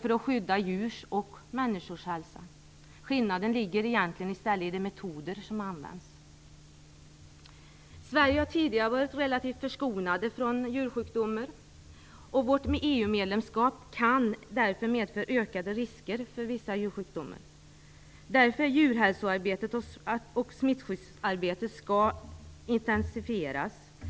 för att skydda djurs och människors hälsa. Skillnaden ligger egentligen i stället i de metoder som används. Sverige har tidigare varit relativt förskonat från djursjukdomar. Vårt EU-medlemskap kan därför medföra ökade risker för vissa djursjukdomar. Djurhälsoarbetet och smittskyddsarbetet skall därför intensifieras.